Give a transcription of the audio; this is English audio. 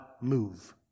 move